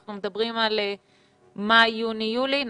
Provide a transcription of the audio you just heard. אנחנו מדברים על חודש מאי, יוני ויולי.